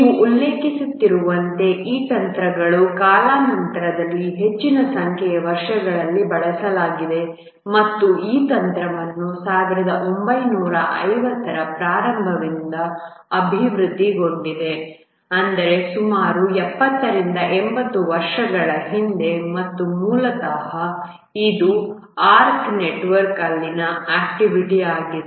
ನೀವು ಉಲ್ಲೇಖಿಸುತ್ತಿರುವಂತೆ ಈ ತಂತ್ರಗಳನ್ನು ಕಾಲಾನಂತರದಲ್ಲಿ ಹೆಚ್ಚಿನ ಸಂಖ್ಯೆಯ ವರ್ಷಗಳಲ್ಲಿ ಬಳಸಲಾಗಿದೆ ಮತ್ತು ಈ ತಂತ್ರವು 1950 ರ ಪ್ರಾರಂಭದಿಂದ ಅಭಿವೃದ್ಧಿಗೊಂಡಿದೆ ಅಂದರೆ ಸುಮಾರು 70 80 ವರ್ಷಗಳ ಹಿಂದೆ ಮತ್ತು ಮೂಲತಃ ಇದು ಆರ್ಕ್ ನೆಟ್ವರ್ಕ್ ಅಲ್ಲಿನ ಆಕ್ಟಿವಿಟಿ ಆಗಿದೆ